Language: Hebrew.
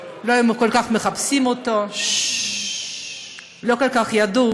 לא כל כך היו מחפשים אותו, לא כל כך ידעו